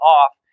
off